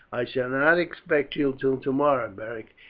i shall not expect you till tomorrow, beric.